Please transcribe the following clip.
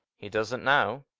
he doesn't now.